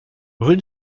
rue